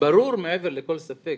ברור מעבר לכל ספק,